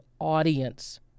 audience